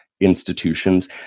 institutions